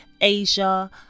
Asia